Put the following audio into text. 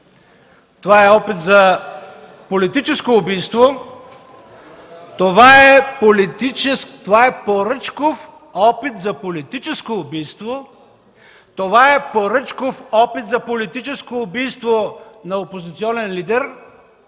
това е опит за политическо убийство (шум и реплики от ГЕРБ), това е поръчков опит за политическо убийство, това е поръчков опит за политическо убийство на опозиционен лидер,